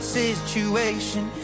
situation